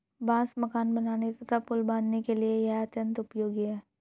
बांस मकान बनाने तथा पुल बाँधने के लिए यह अत्यंत उपयोगी है